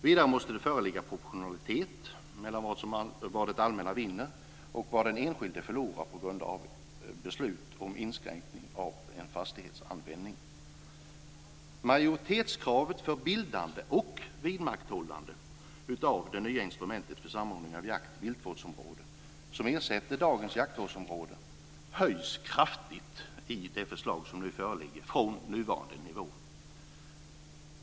Vidare måste proportionalitet föreligga mellan vad det allmänna vinner och vad den enskilde förlorar på grund av beslut om inskränkning av en fastighetsanvändning. Majoritetskravet för bildande och vidmakthållande av det nya instrumentet för jakt - viltvårdsområden som ersätter dagens jaktvårdsområden - höjs kraftigt från nuvarande nivå i det förslag som nu föreligger.